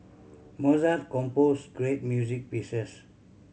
Mozart composed great music pieces